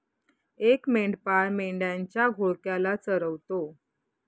एक मेंढपाळ मेंढ्यांच्या घोळक्याला चरवतो